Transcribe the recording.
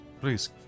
Please